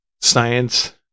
science